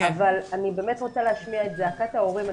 אבל אני באמת רוצה להשמיע את זעקת ההורים.